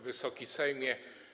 Wysoki Sejmie!